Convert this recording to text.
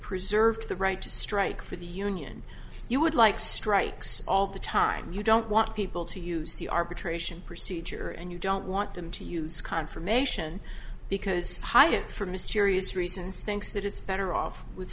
preserved the right to strike for the union you would like strikes all the time you don't want people to use the arbitration procedure and you don't want them to use confirmation because hyatt for mysterious reasons thinks that it's better off with